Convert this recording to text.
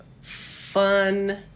fun